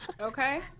Okay